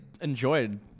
enjoyed